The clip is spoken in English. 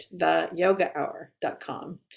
theyogahour.com